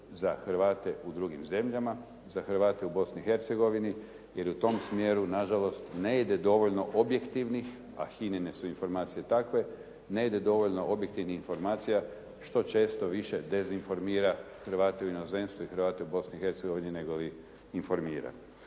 za Hrvate u drugim zemljama, za Hrvate u Bosni i Hercegovini jer u tom smjeru na žalost ne ide dovoljno objektivnih, a HINA-ine su informacije takve ne ide dovoljno objektivnih informacija što često više dezinformira Hrvate u inozemstvu i Hrvate u Bosni i